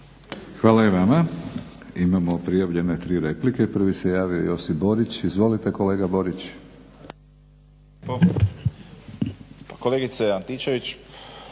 Hvala i vama. Imamo prijavljene tri replike. Prvi se javio Josip Borić. Izvolite kolega Borić. **Borić, Josip